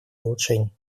улучшений